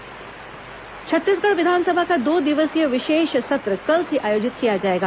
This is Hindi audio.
विधानसभा विशेष सत्र छत्तीसगढ़ विधानसभा का दो दिवसीय विशेष सत्र कल से आयोजित किया जाएगा